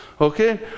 Okay